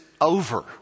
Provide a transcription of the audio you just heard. over